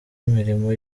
imirimo